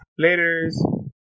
Laters